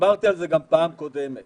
דיברתי על זה גם בפעם הקודמת